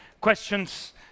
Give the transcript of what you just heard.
questions